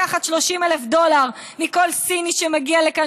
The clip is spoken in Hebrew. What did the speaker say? לקחת 30,000 דולר מכל סיני שמגיע לכאן,